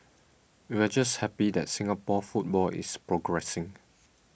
we're just happy that Singapore football is progressing